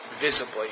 visibly